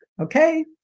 Okay